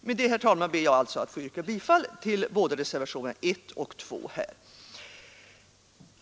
Med detta, herr talman, ber jag att få yrka bifall till reservationerna 1 och 2.